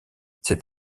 cet